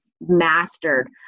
mastered